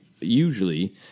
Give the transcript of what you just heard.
usually